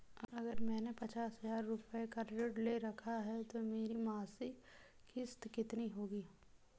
अगर मैंने पचास हज़ार रूपये का ऋण ले रखा है तो मेरी मासिक किश्त कितनी होगी?